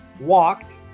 walked